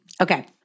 Okay